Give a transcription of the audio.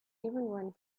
everyone